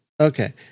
Okay